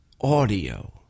audio